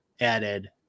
added